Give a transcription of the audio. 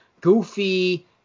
goofy